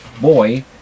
boy